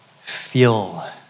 feel